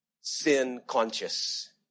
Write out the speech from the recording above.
sin-conscious